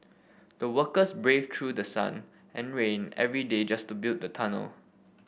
the workers braved through the sun and rain every day just to build the tunnel